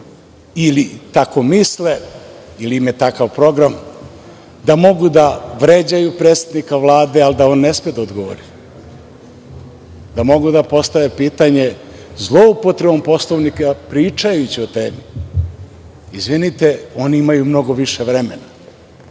ili tako misle ili imaju takav program, da mogu da vređaju predsednika Vlada, a da on ne sme da odgovori, da mogu da postave pitanje zloupotrebom Poslovnika, pričajući o temi. Izvinite, oni imaju mnogo više vremena,